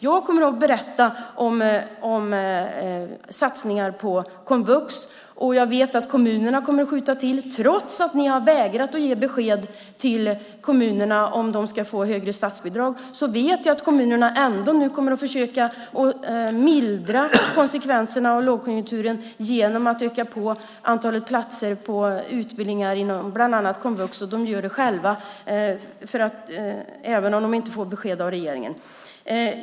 Jag kommer att berätta om satsningar på komvux. Jag vet att kommunerna kommer att skjuta till. Trots att ni har vägrat att ge besked till kommunerna om de ska få högre statsbidrag vet jag att kommunerna ändå kommer att försöka mildra konsekvenserna av lågkonjunkturen genom att öka antalet platser på utbildningar inom bland annat komvux. De gör det även om de inte får besked av regeringen.